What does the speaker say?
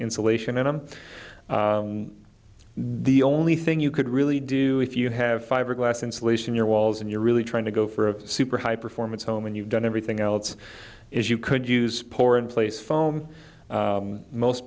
insulation and i'm the only thing you could really do if you have fiberglass insulation your walls and you're really trying to go for a super high performance home when you've done everything else is you could use poor in place foam most